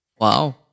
Wow